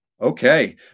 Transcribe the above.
Okay